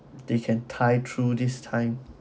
they can tie through this time